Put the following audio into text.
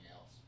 else